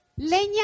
Leña